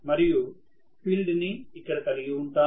మరియు ఫీల్డ్ ని కలిగి ఉంటాను